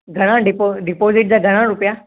घणा डिपो डिपोजिट जा घणा रुपिया